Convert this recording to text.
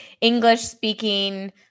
English-speaking